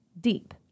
Deep